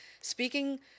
speaking